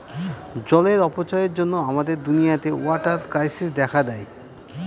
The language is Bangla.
জলের অপচয়ের জন্য আমাদের দুনিয়াতে ওয়াটার ক্রাইসিস দেখা দেয়